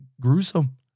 gruesome